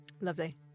Lovely